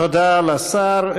תודה לשר.